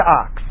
ox